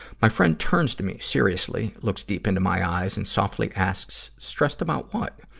my friend turns to me, seriously, looks deep into my eyes and softly asks, stressed about what?